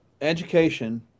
education